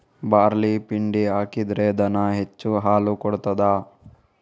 Barley ಪಿಂಡಿ ಹಾಕಿದ್ರೆ ದನ ಹೆಚ್ಚು ಹಾಲು ಕೊಡ್ತಾದ?